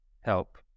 help